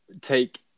take